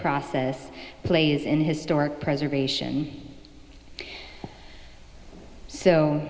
process plays in historic preservation